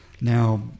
Now